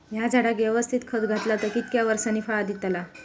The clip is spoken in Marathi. हया झाडाक यवस्तित खत घातला तर कितक्या वरसांनी फळा दीताला?